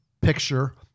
picture